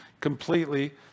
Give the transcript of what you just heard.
completely